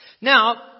Now